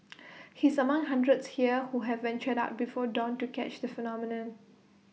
he is among hundreds here who have ventured out before dawn to catch the phenomenon